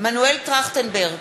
מנואל טרכטנברג,